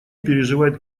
переживает